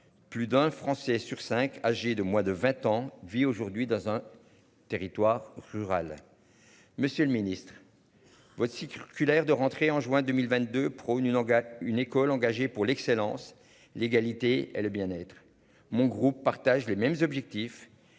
Plus d'un Français sur 5 âgés de moins de 20 ans, vit aujourd'hui dans un territoire rural. Monsieur le Ministre. Votre circulaire de rentrée en juin 2022, prône une enquête une école engagés pour l'excellence. L'égalité, elle le bien être mon groupe partagent les mêmes objectifs,